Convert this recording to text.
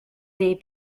des